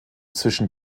zwischen